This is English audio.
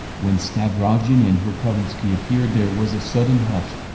when stavrogin and verkovensky appeared there was a sudden hush.